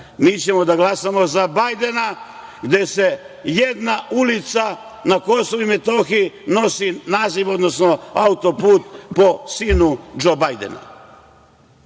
Mi ćemo da glasamo za Bajdena, gde jedna ulica na Kosovu i Metohiji nosi naziv, odnosno autoput po sinu Džoa Bajdena.